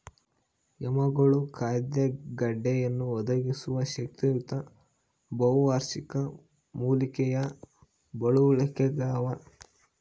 ಯಾಮ್ಗಳು ಖಾದ್ಯ ಗೆಡ್ಡೆಯನ್ನು ಒದಗಿಸುವ ಶಕ್ತಿಯುತ ಬಹುವಾರ್ಷಿಕ ಮೂಲಿಕೆಯ ಬಳ್ಳಗುಳಾಗ್ಯವ